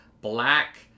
Black